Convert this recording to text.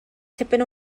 tipyn